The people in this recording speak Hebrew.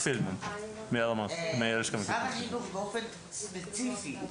החינוך באופן ספציפי,